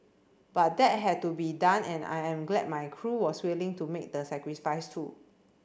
but that had to be done and I'm glad my crew was willing to make the sacrifice too